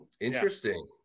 Interesting